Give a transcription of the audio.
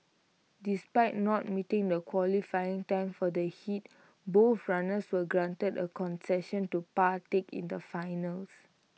despite not meeting the qualifying time for the heat both runners were granted A concession to partake in the finals